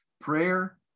prayer